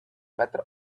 better